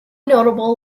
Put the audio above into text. notable